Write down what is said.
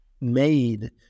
made